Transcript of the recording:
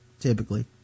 typically